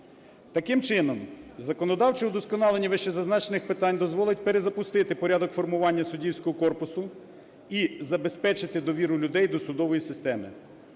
Таким чином законодавче удосконалення вище зазначених питань дозволить перезапустити порядок формування суддівського корпусу і забезпечити довіру людей до судової системи.